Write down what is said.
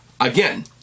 Again